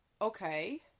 Okay